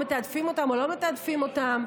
או מתעדפים אותם או לא מתעדפים אותם.